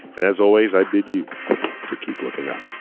and as always i bid you to keep looking up.